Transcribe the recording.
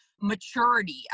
maturity